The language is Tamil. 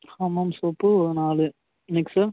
ஹமாம் சோப்பு ஒரு நாலு நெக்ஸ்ட் சார்